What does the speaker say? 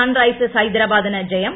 Sunrisers ഹൈദരാബാദിന് ജയം